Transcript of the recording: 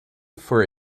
for